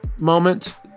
moment